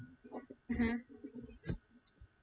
(uh huh)